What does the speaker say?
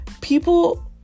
people